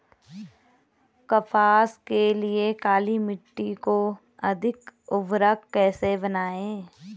कपास के लिए काली मिट्टी को अधिक उर्वरक कैसे बनायें?